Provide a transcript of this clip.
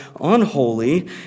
unholy